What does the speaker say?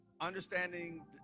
understanding